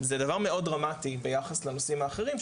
זה דבר מאוד דרמטי ביחס לנושאים האחרים,